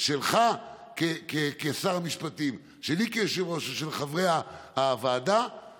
פה צריך לבדוק כמה בעשו את זה באוניברסיטת תל אביב,